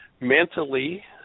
mentally